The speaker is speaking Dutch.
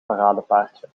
paradepaardje